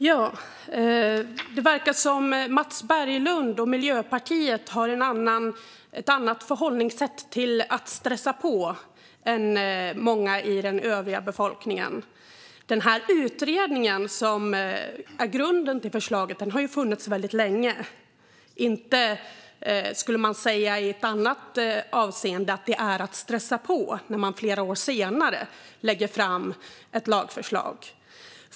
Herr ålderspresident! Det verkar som att Mats Berglund och Miljöpartiet har ett annat förhållningssätt till att stressa på än många i den övriga befolkningen. Den utredning som är grunden till förslaget har funnits väldigt länge. Inte skulle man ju i något annat avseende säga att det är att stressa på när man flera år senare, efter en utredning, lägger fram ett lagförslag!